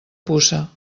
puça